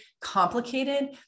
complicated